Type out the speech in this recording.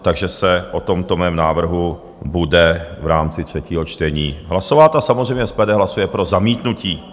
Takže se o tomto mém návrhu bude v rámci třetího čtení hlasovat a samozřejmě SPD hlasuje pro zamítnutí.